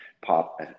pop